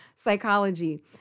psychology